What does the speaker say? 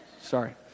Sorry